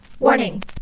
Warning